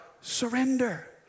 surrender